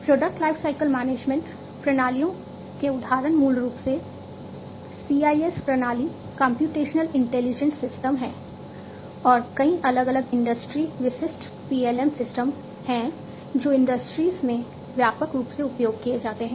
तो यह product lifecycle management में व्यापक रूप से उपयोग किए जाते हैं